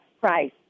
price